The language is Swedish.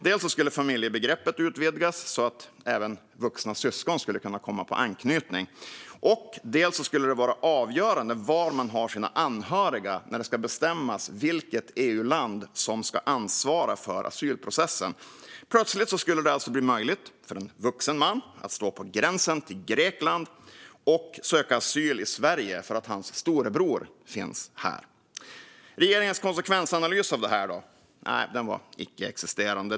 Dels skulle familjebegreppet utvidgas så att även vuxna syskon skulle kunna komma på grund av anknytning, dels skulle det vara avgörande var man har sina anhöriga när det ska bestämmas vilket EU-land som ska ansvara för asylprocessen. Plötsligt skulle det alltså bli möjligt för en vuxen man att stå på gränsen till Grekland och söka asyl i Sverige för att hans storebror finns här. Regeringens konsekvensanalys av detta är icke-existerande.